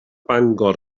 bangor